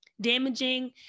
damaging